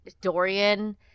Dorian